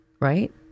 right